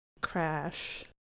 crash